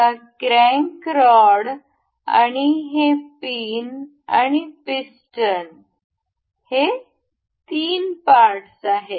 आता crank rod आणि हे पिन आणि पिस्टन हे तीन पार्टस आहेत